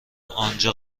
آنجا